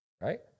Right